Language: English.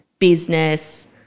business